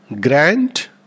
Grant